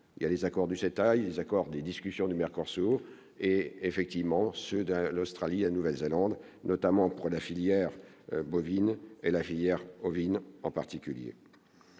il y a les accords du 7 a eu des accords des discussions du maire et effectivement sud de l'Australie, la Nouvelle-Zélande, notamment pour la filière bovine et la filière ovine en particulier,